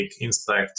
inspect